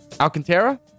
Alcantara